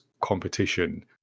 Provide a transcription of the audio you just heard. competition